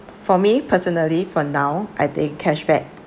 for me personally for now I think cashback